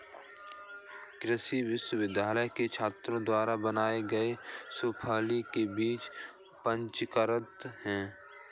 कृषि विश्वविद्यालय के छात्रों द्वारा बनाए गए सैंपल के बीज पंजीकृत हैं